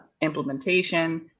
implementation